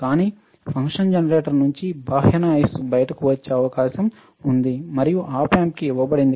కానీ function generator నుండి బాహ్య నాయిస్ బయటకు వచ్చే అవకాశం ఉంది మరియు ఆప్ యాoప్ కి ఇవ్వబడింది